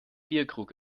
bierkrug